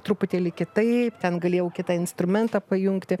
truputėlį kitaip ten galėjau kitą instrumentą pajungti